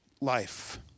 life